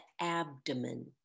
abdomen